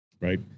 right